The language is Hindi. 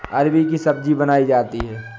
अरबी की सब्जी बनायीं जाती है